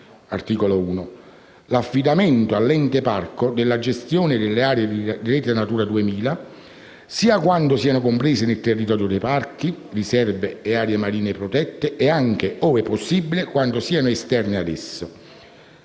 (articolo 1); l'affidamento all'Ente parco della gestione delle aree della Rete Natura 2000 sia quando siano comprese nel territorio di parchi, riserve e aree marine protette sia, ove possibile, quando siano esterne a esso